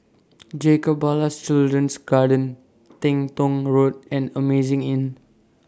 Jacob Ballas Children's Garden Teng Tong Road and Amazing Inn